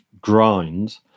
grind